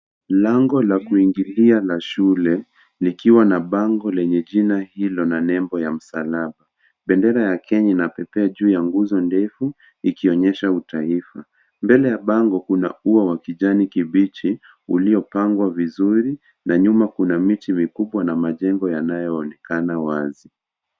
Lango la kuingilia la shule likiwa na bango lenye jina hilo na nembo ya msalaba. Bendera ya Kenya inapepea juu ya nguzo ndefu ikionyesha utaifa. Mbele ya bango kuna ya wa kijani kibichi uliopangwa vizuri na nyuma kuna miti mikubwa na majengo yanayoonekana wazi.